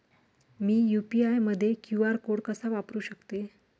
मी UPI मध्ये QR code कसा वापरु शकते?